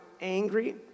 angry